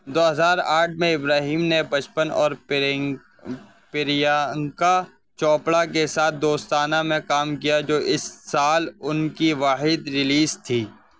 دو ہزار آٹھ میں ابراہیم نے پچپن اور پریانکا چوپڑا کے ساتھ دوستانہ میں کام کیا جو اس سال ان کی واحد ریلیز تھی